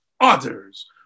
others